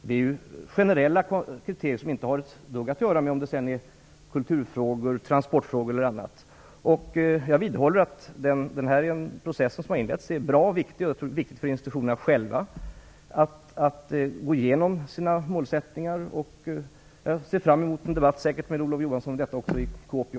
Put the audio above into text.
Det är generella kriterier som inte har ett dugg att göra med om det sedan gäller kulturfrågor, transportfrågor e.d. Jag vidhåller att den process som har inletts är viktig. Jag tror att det är bra för institutionerna själva att gå igenom sina målsättningar, och jag ser fram emot en debatt med Olof Johansson om detta också i Kuopio.